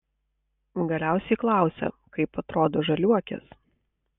galiausiai klausia kaip atrodo žaliuokės